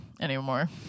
anymore